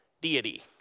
deity